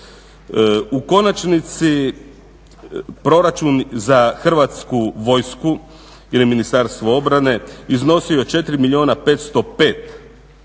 U konačnici proračun za Hrvatsku vojsku ili Ministarstvo obrane iznosio je 4 milijuna